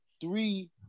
three